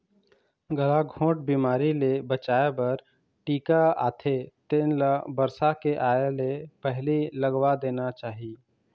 गलाघोंट बिमारी ले बचाए बर टीका आथे तेन ल बरसा के आए ले पहिली लगवा देना चाही